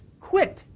quit